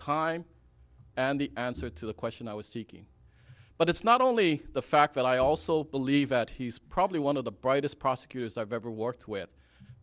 time and the answer to the question i was seeking but it's not only the fact that i also believe that he's probably one of the brightest prosecutors i've ever worked with